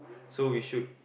so we should